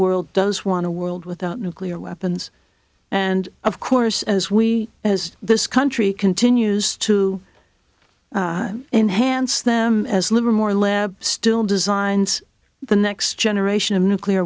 world does want a world without nuclear weapons and of course as we as this country continues to enhance them as livermore lab still designs the next generation of nuclear